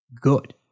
good